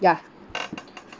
ya